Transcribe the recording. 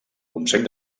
consell